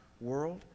world